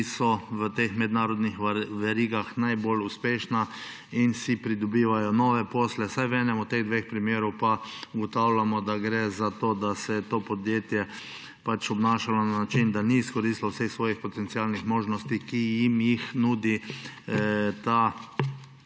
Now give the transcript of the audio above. ki so v teh mednarodnih verigah, najbolj uspešna in si pridobivajo nove posle, vsaj v enem od teh dveh primerov pa ugotavljamo, da gre za to, da se je to podjetje obnašalo na način, da ni izkoristilo vseh svojih potencialnih možnosti, ki jih nudi ta mednarodna